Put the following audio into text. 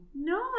No